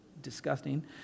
disgusting